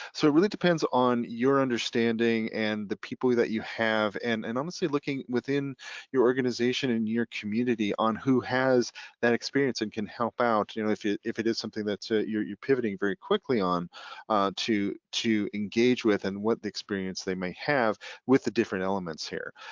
so it really depends on your understanding and the people that you have and and honestly looking within your organization and your community on who has that experience and can help out you know if it if it is something that you're pivoting very quickly on to to engage with and what the experience they may have with the different elements here.